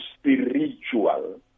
spiritual